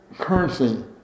currency